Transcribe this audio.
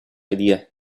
idea